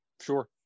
Sure